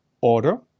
order